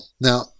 Now